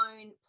own